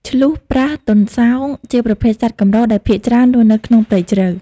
ឈ្លូស ប្រើស ទន្សោង ជាប្រភេទសត្វកម្រដែលភាគច្រើនរស់នៅក្នុងព្រៃជ្រៅ។